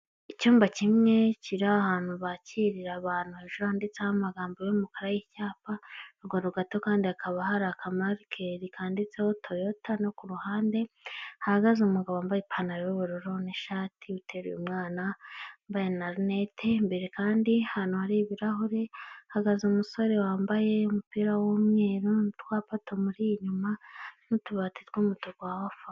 Icyumba kimwe kiri ahantu bakirira abantu hejuru handitseho amagambo y'umukara y'icyapa akantu gato kandi hakaba hari akamarikeri kanditseho toyota no ku ruhande, hahagaze umugabo wambaye ipantaro y'ubururu n'ishati uteruye umwana wambaye na rineti mbere, kandi hari ahantu hari ibirahure hahagaze umusore wambaye umupira w'umweru n'utwapa tumuri inyuma n'utubati tw'umutuku.